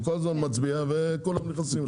הוא כל הזמן מצביע וכל הזמן נכנסים לו.